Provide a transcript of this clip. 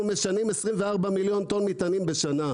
אנחנו משנעים 24 מיליון טון מטענים בשנה.